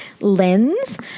lens